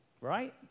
right